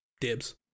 dibs